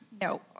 No